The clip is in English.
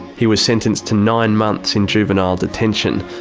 he was sentenced to nine months in juvenile detention.